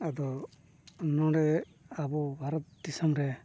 ᱟᱫᱚ ᱱᱚᱰᱮ ᱟᱵᱚ ᱵᱷᱟᱨᱚᱛ ᱫᱤᱥᱚᱢ ᱨᱮ